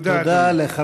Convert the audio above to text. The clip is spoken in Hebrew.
תודה, אדוני.